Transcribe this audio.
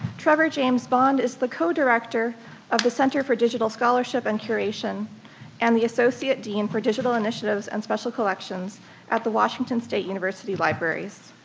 trevor james bond is the co-director of the center for digital scholarship and curation and the associate dean for digital initiatives and special collections at the washington state university libraries.